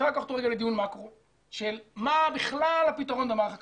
אפשר לקחת אותו לדיון מקרו של מה בכלל הפתרון במערך הכשרות.